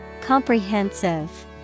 Comprehensive